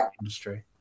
industry